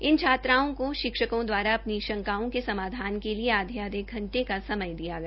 इन छात्राओं को अध्यापकों द्वारा अपनी शंकाओं के समाधान के लिए आधे आधे घंटे का समय दिया गया